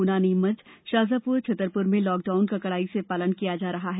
गुना नीमच शाजापुर छतरपुर में लॉकडाउन का कड़ाई से पालन किया जा रहा है